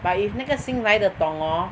but if 那个新来的懂 orh